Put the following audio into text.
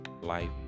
life